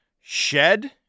shed